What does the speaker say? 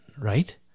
right